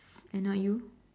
and not you